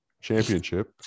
championship